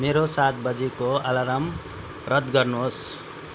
मेरो सात बजेको अलार्म रद्द गर्नुहोस्